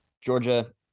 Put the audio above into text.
Georgia